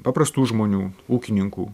paprastų žmonių ūkininkų